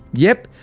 yep,